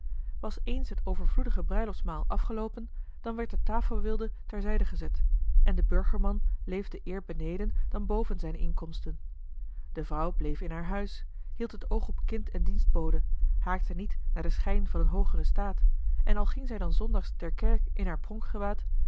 was eens het overvloedige bruiloftsmaal afgeloopen dan werd de tafelweelde ter zijde gezet en de bura l g bosboom-toussaint de delftsche wonderdokter eel leefde eer beneden dan boven zijne inkomsten de vrouw bleef in haar huis hield het oog op kind en dienstbode haakte niet naar den schijn van een hoogeren staat en al ging zij dan zondags ter kerk in haar